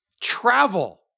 travel